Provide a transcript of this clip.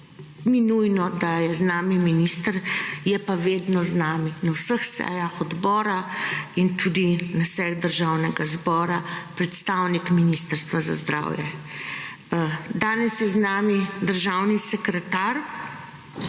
ni nujno, da je z nami minister, je pa vedno z nami na vseh sejah odbora in tudi na sejah Državnega zbora predstavnik Ministrstva za zdravje. Danes je z nami državni sekretar,